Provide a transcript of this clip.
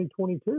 2022